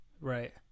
right